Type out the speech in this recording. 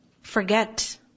forget